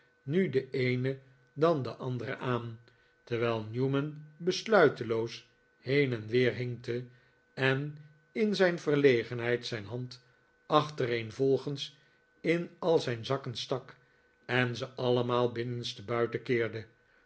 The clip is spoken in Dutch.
nu de eene dan de andere aan terwijl newman besluiteloos heen en weer hinkte en in zijn verlegenheid zijn hand achtereenvolgens in al zijn zakken stak en ze allemaal binnenste buiten keerde